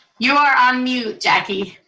you are on mute, jackie.